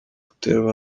uterwa